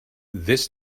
this